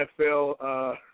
NFL